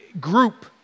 group